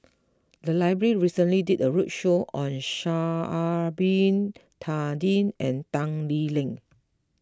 the library recently did a roadshow on Sha'ari Bin Tadin and Tan Lee Leng